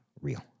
real